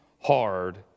hard